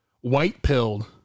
white-pilled